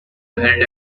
held